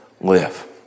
live